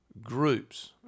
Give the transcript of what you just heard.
groups